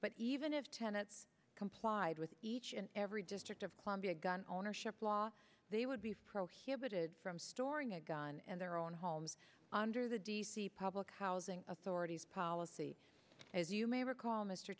but even if tenets complied with each and every district of columbia gun ownership law they would be pro here from storing a gun and their own homes under the d c public housing authority's policy as you may recall mr